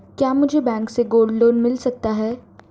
क्या मुझे बैंक से गोल्ड लोंन मिल सकता है?